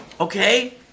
Okay